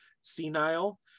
senile